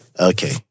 Okay